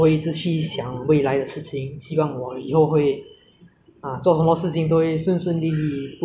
不管是当兵 ah 还是当兵过后要找工作 ah 还是过后要去读读很多学业 ya